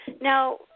Now